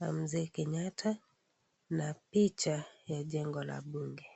mzee Kenyata na picha la jengo la bunge.